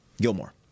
Gilmore